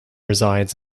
resides